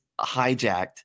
hijacked